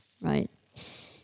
right